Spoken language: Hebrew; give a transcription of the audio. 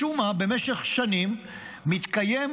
משום מה במשך שנים מתקיים